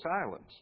Islands